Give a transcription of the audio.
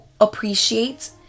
appreciate